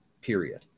Period